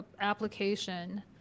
application